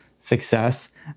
success